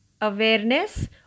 awareness